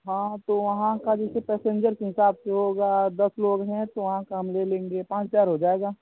हाँ तो वहाँ का जैसे पैसेंजर के हिसाब से होगा दस लोग हैं तो वहाँ का हम ले लेंगे पाँच हज़ार हो जाएगा